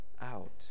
out